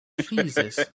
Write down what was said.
Jesus